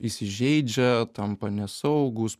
įsižeidžia tampa nesaugūs